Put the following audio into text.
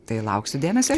tai lauksiu dėmesio